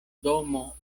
domo